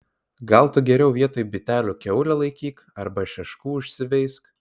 gal tu geriau vietoj bitelių kiaulę laikyk arba šeškų užsiveisk